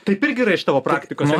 taip irgi yra iš tavo praktikos